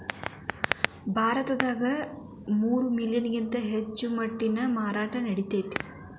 ಭಾರತದಾಗ ಮೂರ ಮಿಲಿಯನ್ ಕಿಂತ ಹೆಚ್ಚ ಮೊಟ್ಟಿ ಮಾರಾಟಾ ನಡಿತೆತಿ